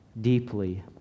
deeply